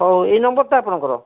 ହଉ ଏଇ ନମ୍ବର୍ଟା ଆପଣଙ୍କର